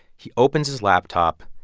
he opens his laptop,